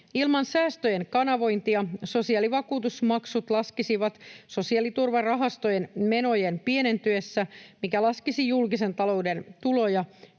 Ilman säästöjen kanavointia sosiaalivakuutusmaksut laskisivat sosiaaliturvarahastojen menojen pienentyessä, mikä laskisi julkisen talouden tuloja,